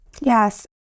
Yes